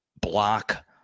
block